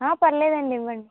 పర్లేదండి ఇవ్వండి